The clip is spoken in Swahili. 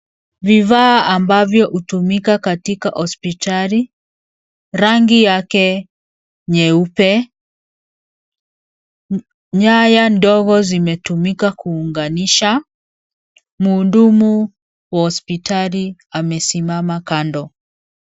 Vifaa ambavyo hutumika katika hospitali, rangi yake nyeupe. Nyaya ndogo zimetumika kuunganisha. Mhudumu wa hospitali amesimama kando.